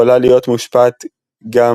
יכולה להיות מושפעת גם